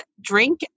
drink